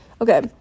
okay